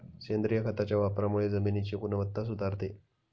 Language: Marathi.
सेंद्रिय खताच्या वापरामुळे जमिनीची गुणवत्ता सुधारते